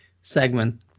segment